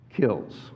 kills